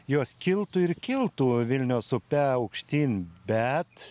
jos kiltų ir kiltų vilnios upe aukštyn bet